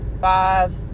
Five